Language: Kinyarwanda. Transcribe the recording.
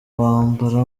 wambara